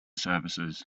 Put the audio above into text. services